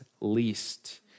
least